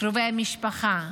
קרובי המשפחה,